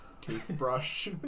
toothbrush